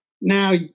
now